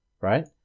right